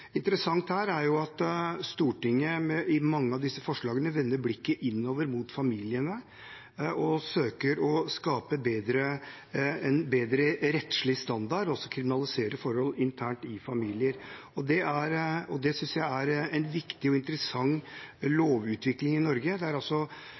Interessant her er jo at Stortinget i mange av disse forslagene vender blikket innover mot familiene og søker å skape en bedre rettslig standard, også å kriminalisere forhold internt i familier, og det synes jeg er en viktig og interessant